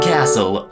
Castle